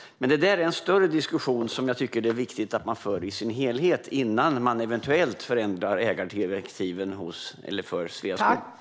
Men det är en större diskussion som jag tycker att det är viktigt att man för i dess helhet innan man eventuellt förändrar ägardirektiven för Sveaskog.